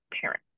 parent